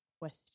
question